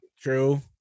True